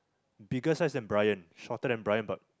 bigger size than Bryan shorter than Bryan but